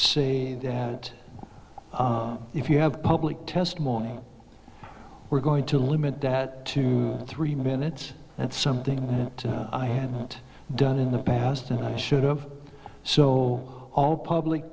say that if you have public testimony we're going to limit that to three minutes that's something that i haven't done in the past and i showed up so all public